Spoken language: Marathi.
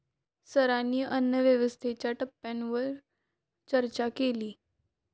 सरांनी अन्नव्यवस्थेच्या टप्प्यांवर चर्चा केली